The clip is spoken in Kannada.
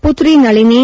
ಪುತ್ರಿ ನಳಿನಿ